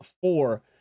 four